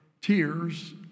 tears